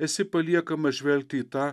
esi paliekamas žvelgti į tą